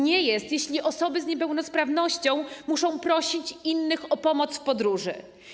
Nie jest normą, jeśli osoby z niepełnosprawnością muszą prosić innych o pomoc w podróży.